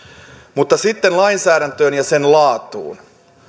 mutta sitten lainsäädäntöön ja sen laatuun